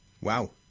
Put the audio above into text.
Wow